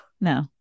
No